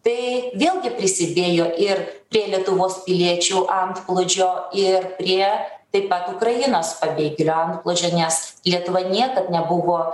tai vėlgi prisidėjo ir prie lietuvos piliečių antplūdžio ir prie taip pat ukrainos pabėgėlių antplūdžio nes lietuva niekad nebuvo